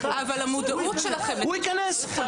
הוא ייכנס.